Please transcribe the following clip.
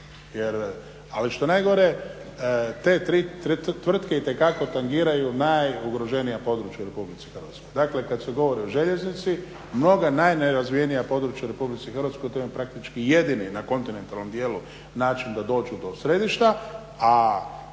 Ali što je najgore te tri tvrtke itekako tangiraju najugroženija područja u Republici Hrvatskoj. Dakle, kad se govori o željeznici mnoga najnerazvijenija područja u Republici Hrvatskoj i to je praktički jedini na kontinentalnom dijelu način da dođu do središta, a